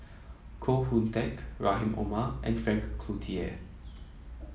Koh Hoon Teck Rahim Omar and Frank Cloutier